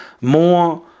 more